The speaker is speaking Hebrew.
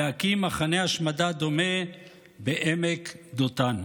להקים מחנה השמדה דומה בעמק דותן.